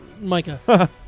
Micah